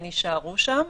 והן יישארו שם,